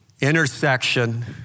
Intersection